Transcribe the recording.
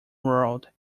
world